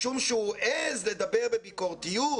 משום שהוא העז לדבר בביקורתיות